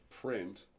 print